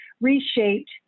reshaped